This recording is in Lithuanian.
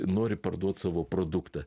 nori parduot savo produktą